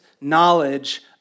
knowledge